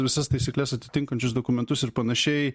visas taisykles atitinkančius dokumentus ir panašiai